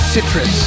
Citrus